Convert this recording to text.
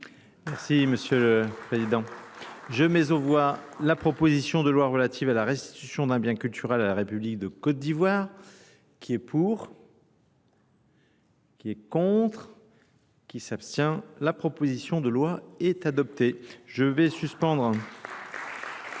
Merci Monsieur le Président. Je mets au voie la proposition de loi relative à la restitution d'un bien culturel à la République de Côte d'Ivoire, qui est pour, qui est contre, qui s'abstient. La proposition de loi est adoptée. Je vais suspendre